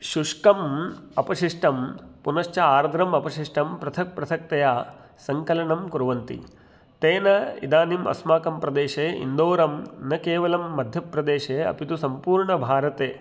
शुष्कम् अपशिष्टं पुनश्च आर्द्रम् अपशिष्टं पृथक् पृथक्तया सङ्कलनं कुर्वन्ति तेन इदानीम् अस्माकं प्रदेशे इन्दौरं न केवलं मध्यप्रदेशे अपितु सम्पूर्ण भारते